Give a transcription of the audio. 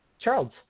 Charles